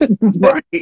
Right